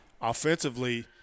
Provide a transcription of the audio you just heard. Offensively